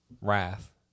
wrath